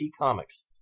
Comics